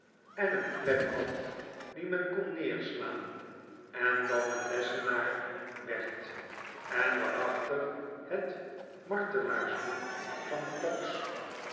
en een klep had die men kon neerslaan en dan een lessenaar werd en waarachter het martelaarsboek van